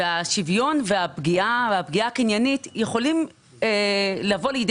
השוויון והפגיעה הקניינית יכולים לבוא לידי